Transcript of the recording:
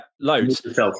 Loads